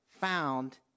found